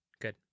Good